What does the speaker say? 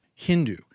Hindu